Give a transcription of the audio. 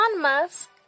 Musk